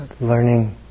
learning